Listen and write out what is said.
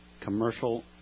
commercial